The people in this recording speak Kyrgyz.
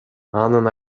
анын